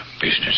business